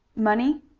money?